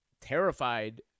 terrified